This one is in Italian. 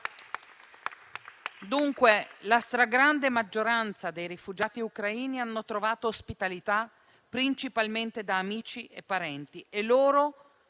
Dunque la stragrande maggioranza dei rifugiati ucraini hanno trovato ospitalità principalmente da amici e parenti e a loro